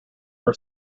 were